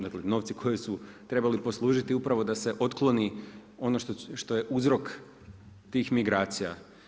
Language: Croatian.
Dakle, novci koji su trebali poslužiti upravo da se otkloni ono što je uzrok tih migracija.